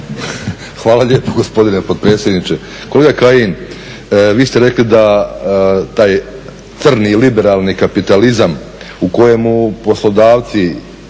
Hvala lijepo gospodine potpredsjedniče. Kolega Kajin vi ste rekli da taj crni, liberalni kapitalizam u kojemu poslodavci,